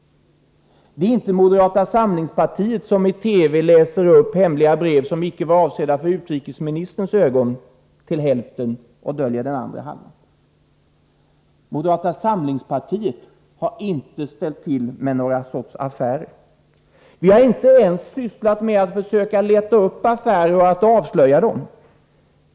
Det är inte moderata samlingspartiet som i TV läser upp hemliga brev — som icke ens är avsedda för utrikesministerns ögon — till hälften och döljer den andra halvan. Moderata samlingspartiet har inte ställt till med någon sorts affärer. Vi har inte försökt leta upp affärer och avslöja dem.